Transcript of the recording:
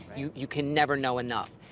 you you can never know enough.